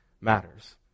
matters